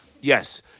Yes